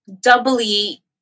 doubly